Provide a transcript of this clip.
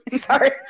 Sorry